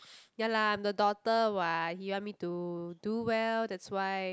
ya lah I'm the daughter what he want me to do well that's why